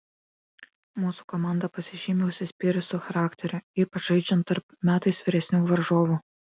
mūsų komanda pasižymi užsispyrusiu charakteriu ypač žaidžiant tarp metais vyresnių varžovų